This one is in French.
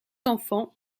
enfants